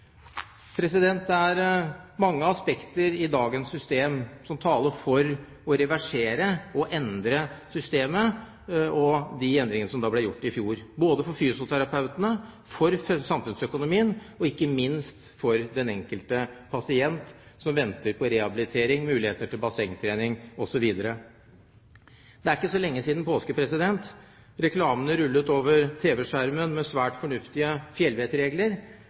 Det er mange aspekter ved dagens system som taler for å reversere og endre systemet – bl.a. de endringene som ble gjort i fjor – både for fysioterapeutene, for samfunnsøkonomien og ikke minst for den enkelte pasient, som venter på rehabilitering, muligheter til bassengtrening osv. Det er ikke så lenge siden påske. Reklamene rullet over tv-skjermen med svært fornuftige